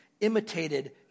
imitated